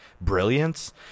brilliance